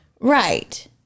right